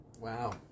wow